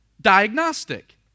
Diagnostic